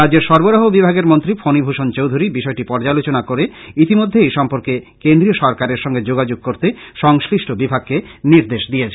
রাজ্যের সরবরাহ বিভাগের মন্ত্রী ফণীভ়ষণ চৌধুরী বিষয়টি পর্যালোচনা করে ইতিমধ্যে এই সম্পর্কে কেন্দ্রীয় সরকারের সঙ্গে যোগাযোগ করতে সংশ্লিষ্ট বিভাগকে নির্দেশ দিয়েছেন